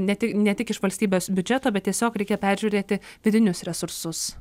ne ti ne tik iš valstybės biudžeto bet tiesiog reikia peržiūrėti vidinius resursus